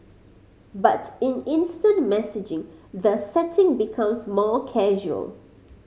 but in instant messaging the setting becomes more casual